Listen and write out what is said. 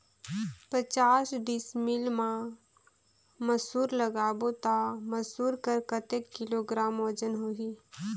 पचास डिसमिल मा मसुर लगाबो ता मसुर कर कतेक किलोग्राम वजन होही?